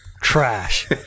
Trash